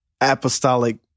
apostolic